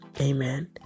amen